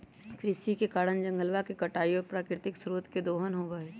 कृषि के कारण जंगलवा के कटाई और प्राकृतिक स्रोत के दोहन होबा हई